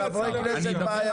הציוד.